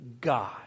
God